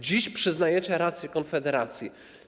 Dziś przyznajecie rację Konfederacji.